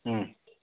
ಹ್ಞೂ